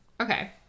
Okay